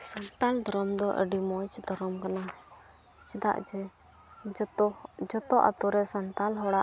ᱥᱟᱱᱛᱟᱞ ᱫᱷᱚᱨᱚᱢ ᱫᱚ ᱟᱹᱰᱤ ᱢᱚᱡᱽ ᱫᱷᱚᱨᱚᱢ ᱠᱟᱱᱟ ᱪᱮᱫᱟᱜ ᱡᱮ ᱡᱚᱛᱚ ᱡᱚᱛᱚ ᱟᱹᱛᱩᱨᱮ ᱥᱟᱱᱛᱟᱞ ᱦᱚᱲᱟᱜ